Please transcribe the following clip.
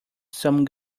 some